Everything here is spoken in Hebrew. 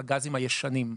הגזים הישנים.